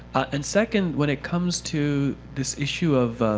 and second, when it comes to this issue of